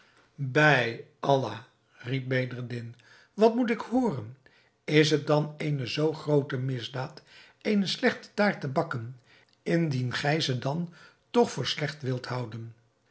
bij allah riep bedreddin wat moet ik hooren is het dan eene zoo groote misdaad eene slechte taart te bakken indien gij ze dan toch voor slecht wilt houden